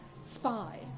spy